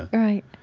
right